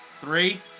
three